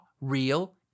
real